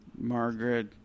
Margaret